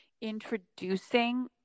introducing